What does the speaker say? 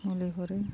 मुलि हरो